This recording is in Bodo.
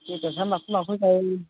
बेद'रा माखौ माखौ जायो